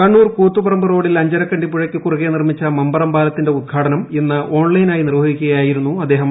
കണ്ണൂർ കൂത്തുപറമ്പ് റോഡിൽ അഞ്ചരക്കണ്ടി പുഴയ്ക്ക് കുറുകെ നിർമ്മിച്ച മമ്പറം പാലത്തിന്റെ ഉദ്ഘാടനം ഇന്ന് ഓൺലൈനായി നിർവഹിക്കുകയായിരുന്നു അദ്ദേഹം